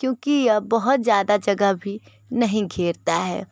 क्योंकि यह बहुत ज़्यादा जगह भी नहीं घेरता हैं